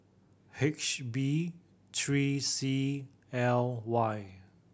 H B three C L Y